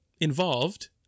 involved